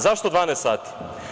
Zašto 12 sati?